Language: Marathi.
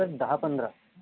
सर दहा पंधरा